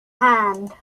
hand